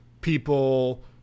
people